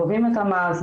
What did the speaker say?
גובים את המס,